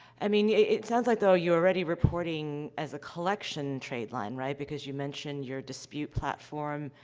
i mean, it it sounds like, ah, you're already reporting as a collection tradeline right? because you mentioned your dispute platform,